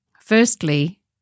Firstly